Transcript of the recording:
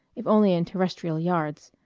if only in terrestrial yards.